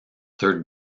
third